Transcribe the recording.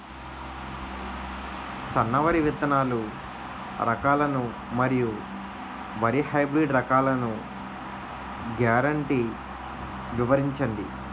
సన్న వరి విత్తనాలు రకాలను మరియు వరి హైబ్రిడ్ రకాలను గ్యారంటీ వివరించండి?